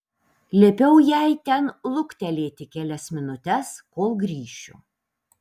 liepiau jai ten luktelėti kelias minutes kol grįšiu